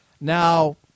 Now